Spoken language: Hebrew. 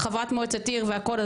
זאת חברת מועצת העיר והכול,